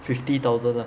fifty thousand ah